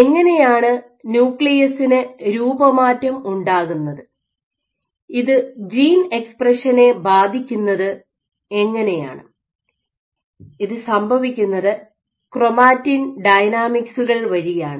എങ്ങനെയാണ് ന്യൂക്ലിയസിന് രൂപമാറ്റം ഉണ്ടാകുന്നത് ഇത് ജീൻ എക്സ്പ്രഷനെ ബാധിക്കുന്നത് എങ്ങനെയാണ് ഇത് സംഭവിക്കുന്നത് ക്രൊമാറ്റിൻ ഡൈനാമിക്സുകൾ വഴിയാണ്